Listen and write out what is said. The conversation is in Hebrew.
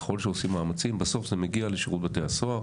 ככל שעושים מאמצים בסוף זה מגיע לשירות בתי הסוהר